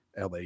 LA